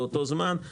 באותו זמן.